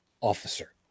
officer